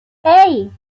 hey